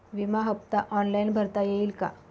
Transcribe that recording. विमा हफ्ता ऑनलाईन भरता येईल का?